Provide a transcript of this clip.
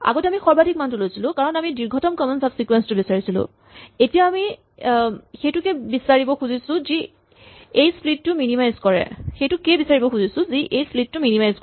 আগতে আমি সৰ্বাধিক মানটো লৈছিলো কাৰণ আমি দীৰ্ঘতম কমন চাব চিকুৱেঞ্চ টো বিচাৰিছিলো এতিয়া সেইটো কে বিচাৰিব খুজিছো যি এই স্প্লিট টো মিনিমাইজ কৰে